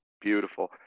beautiful